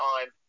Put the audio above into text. time